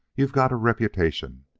you've got a reputation,